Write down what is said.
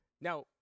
Now